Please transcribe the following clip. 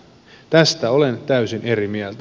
tästä olen täysin eri mieltä